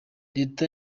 leta